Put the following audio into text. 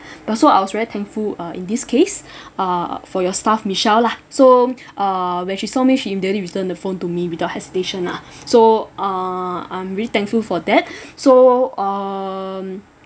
but so I was very thankful uh in this case err for your staff michelle lah so uh when she saw me she immediately return the phone to me without hesitation lah so uh I'm really thankful for that so um